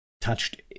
touched